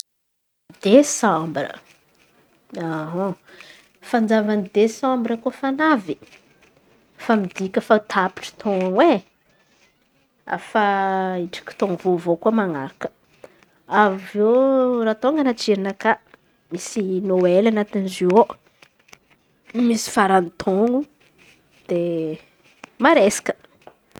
Desambra Fanjavan'ny desambra ko fa navy efa midika fa tapitry taôn̈oe afa hitriky taôm-baovaô koa man̈araka. Avy eo raha tônga anaty jerinakà misy nôely anaty izy ioô misy fara-taôn̈o de maresaka.